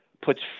puts